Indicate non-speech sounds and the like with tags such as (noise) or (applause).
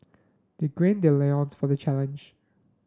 they green their (unintelligible) for the challenge